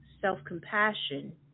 self-compassion